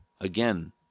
again